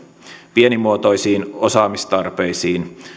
pienimuotoisiin osaamistarpeisiin